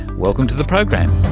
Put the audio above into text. welcome to the program.